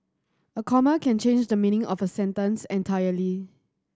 a comma can change the meaning of a sentence entirely